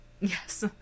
Yes